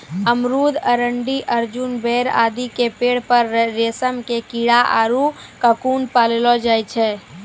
अमरूद, अरंडी, अर्जुन, बेर आदि के पेड़ पर रेशम के कीड़ा आरो ककून पाललो जाय छै